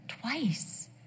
Twice